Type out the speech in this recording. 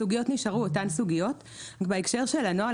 הסוגיות נשארו אותן סוגיות ובהקשר של הנוהל